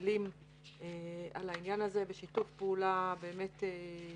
עמלים על העניין הזה בשיתוף פעולה עם פרופ'